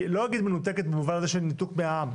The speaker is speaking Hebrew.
אני לא אגיד שהיא מנותקת במובן הזה של ניתוק מהעם,